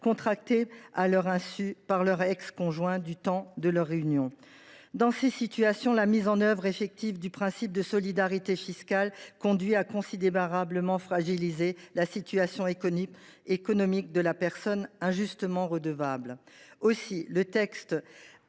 contractées à leur insu par leur ex conjoint du temps de leur union. Dans ces situations, la mise en œuvre effective du principe de solidarité fiscale conduit à considérablement fragiliser la situation économique de la personne injustement redevable. Aussi, le texte